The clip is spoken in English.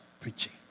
Preaching